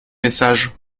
messages